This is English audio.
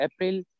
April